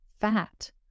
fat